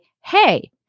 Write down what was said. Hey